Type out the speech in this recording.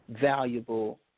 valuable